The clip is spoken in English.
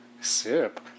Sip